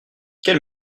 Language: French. quel